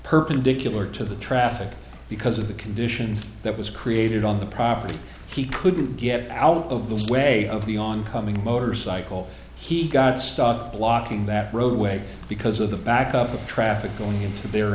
perpendicular to the traffic because of the condition that was created on the property he couldn't get out of the way of the oncoming motorcycle he got stopped blocking that roadway because of the backup of traffic going into their